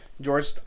George